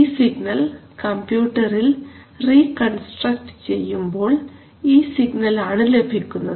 ഈ സിഗ്നൽ കമ്പ്യൂട്ടറിൽ റീകൺസ്ട്രക്റ്റ് ചെയ്യുമ്പോൾ ഈ സിഗ്നൽ ആണ് ലഭിക്കുന്നത്